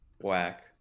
Whack